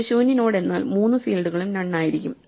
ഒരു ശൂന്യ നോഡ് എന്നാൽ മൂന്ന് ഫീൽഡുകളും നൺ ആയിരിക്കും